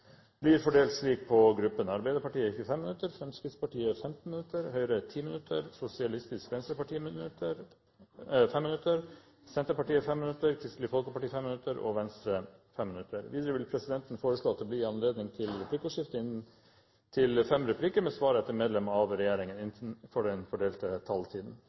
blir fordelt slik på gruppene: Arbeiderpartiet 25 minutter, Fremskrittspartiet 15 minutter, Høyre 10 minutter, Sosialistisk Venstreparti 5 minutter, Senterpartiet 5 minutter, Kristelig Folkeparti 5 minutter og Venstre 5 minutter. Videre vil presidenten foreslå at det blir gitt anledning til replikkordskifte på inntil fem replikker med svar etter medlem av regjeringen innenfor den fordelte